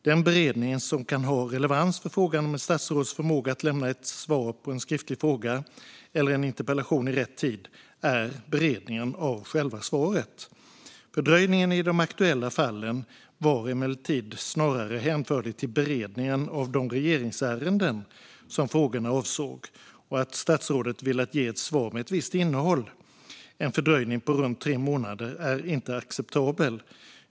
Den beredning som kan ha relevans för frågan om ett statsråds förmåga att lämna ett svar på en skriftlig fråga eller en interpellation i rätt tid är beredningen av själva svaret. Fördröjningen i de aktuella fallen var emellertid snarare hänförlig till beredningen av de regeringsärenden som frågorna avsåg och att statsrådet velat ge ett svar med ett visst innehåll. En fördröjning på runt tre månader är inte acceptabel.